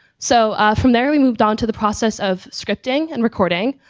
so from there, we moved on to the process of scripting and recording.